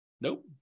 Nope